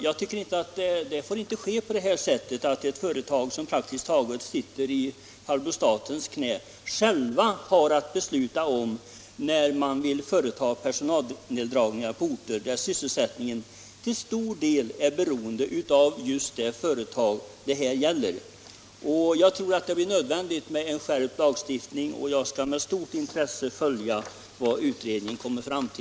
Jag tycker inte att det får gå till på det här sättet, att ett företag som praktiskt taget sitter i fabror statens knä självt har att besluta om när det skall företa personalneddragningar på orter där sysselsättningen till stor del är beroende av just det företaget. Därför tror jag att det blir nödvändigt med en skärpt lagstiftning, och jag skall med stort intresse avvakta vad utredningen resulterar i.